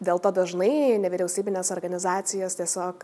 dėl to dažnai nevyriausybinės organizacijos tiesiog